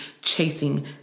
chasing